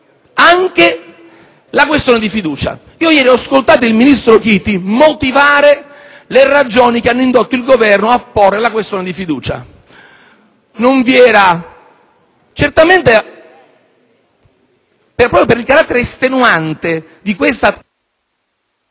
anche la questione di fiducia. Ieri ho ascoltato il ministro Chiti motivare le ragioni che hanno indotto il Governo a porre la questione di fiducia. Non vi era, proprio per il carattere estenuante di questa